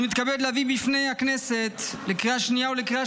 אני מתכבד להביא בפני הכנסת לקריאה שנייה ולקריאה